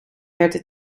herten